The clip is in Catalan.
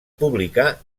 publicar